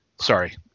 sorry